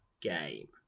game